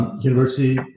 University